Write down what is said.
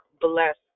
bless